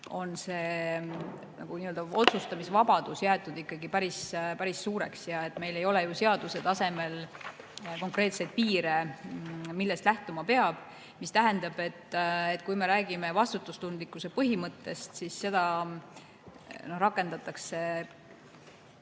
on otsustamisvabadus jäetud ikkagi päris suureks. Meil ei ole seaduse tasemel konkreetseid piire, millest lähtuma peab. See tähendab, et kui me räägime vastutustundlikkuse põhimõttest, siis seda rakendatakse